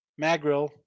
Magrill